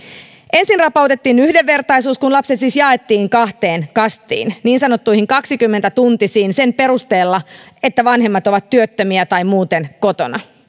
ensin rapautettiin yhdenvertaisuus kun lapset siis jaettiin kahteen kastiin toiset niin sanottuihin kaksikymmentä tuntisiin sen perusteella että vanhemmat ovat työttömiä tai muuten kotona